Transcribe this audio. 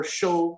show